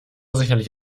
sicherlich